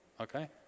Okay